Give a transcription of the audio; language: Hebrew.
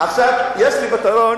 יש לי פתרון